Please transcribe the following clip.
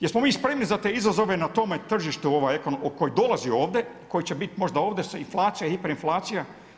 Jesmo mi spremni za te izazove na tome tržištu koje dolazi ovdje koji će biti možda ovdje inflacija, hiperinflacija?